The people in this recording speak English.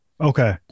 Okay